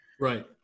Right